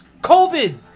COVID